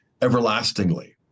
everlastingly